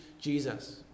Jesus